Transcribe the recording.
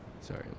Sorry